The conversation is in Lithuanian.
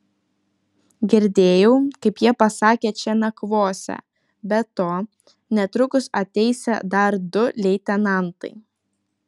girdėjau kaip jie pasakė čia nakvosią be to netrukus ateisią dar du leitenantai